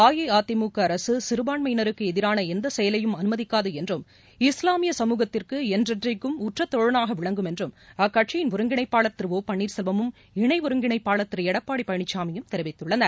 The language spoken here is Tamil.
அஇஅதிமுக அரசு சிறுபான்மையினருக்கு எதிரான எந்த செயலையும் அனுமதிக்காது என்றும் இஸ்லாமிய சமூகத்துக்கு என்றைக்கும் உற்றத் தோழனாக விளங்கும் என்றம் அக்கட்சியின் ஒருங்கிணைப்பாளர் திரு ஒ பள்ளீர்செல்வமும் இணை ஒருங்கிணைப்பாளர் திரு எடப்பாடி பழனிசாமியும் தெரிவித்துள்ளனர்